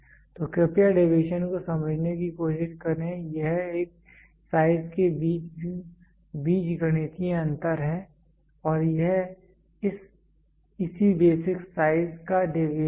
तो कृपया डेविएशन को समझने की कोशिश करें यह एक साइज के बीच बीज गणितीय अंतर है और यह इसी बेसिक साइज का डेविएशन है